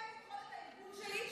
אני מציעה את יכולת הארגון שלי,